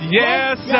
yes